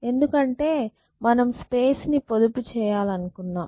ఎందుకంటే మనం స్పేస్ ని పొదుపు చేయాలనుకున్నాం